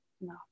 No